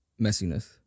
messiness